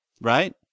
right